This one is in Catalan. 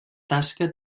tasca